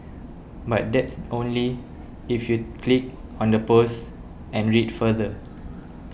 but that's only if you click on the post and read further